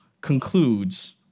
concludes